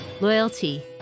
Loyalty